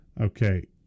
Okay